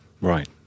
Right